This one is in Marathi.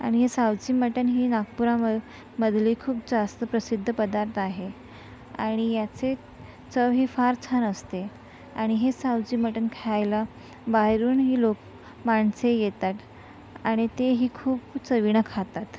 आणि सावजी मटनही नागपूराम मधली खूप जास्त प्रसिद्ध पदार्थ आहे आणि याचे चवही फार छान असते आणि हे सावजी मटन खायला बाहेरूनही लोक माणसे येतात आणि तेही खूप चवीनं खातात